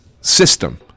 system